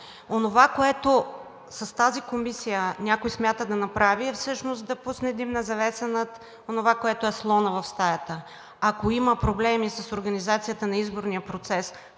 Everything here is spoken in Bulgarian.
онова, което с тази комисия някой смята да направи, е всъщност да пусне димна завеса над онова, което е слонът в стаята. Ако има проблеми с организацията на изборния процес,